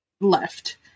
left